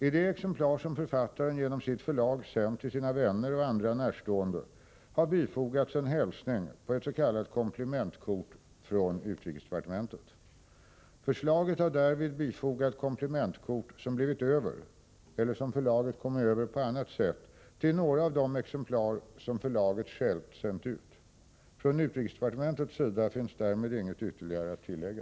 I de exemplar som författaren genom sitt förlag sänt till sina vänner och andra närstående har bifogats en hälsning på ett s.k. komplimentkort från utrikesdepartementet. Förlaget har därvid bifogat komplimentkort som blivit över eller som förlaget kommit över på annat sätt till några av de exemplar som förlaget självt sänt ut. Från utrikesdepartementets sida finns därmed inget ytterligare att tillägga.